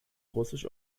russisch